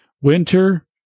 winter